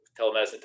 telemedicine